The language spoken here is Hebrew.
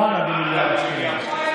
למעלה ממיליארד שקלים.